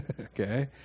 okay